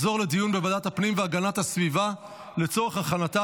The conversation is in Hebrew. לוועדת הפנים והגנת הסביבה נתקבלה.